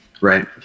right